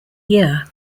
year